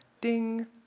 ding